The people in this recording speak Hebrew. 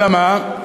אלא מה?